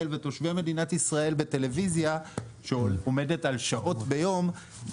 ותושביה בטלוויזיה שעומדת על שעות ביו,